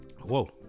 Whoa